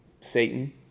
Satan